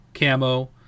camo